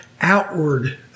outward